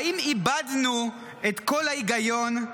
האם איבדנו את כל ההיגיון?